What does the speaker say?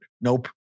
Nope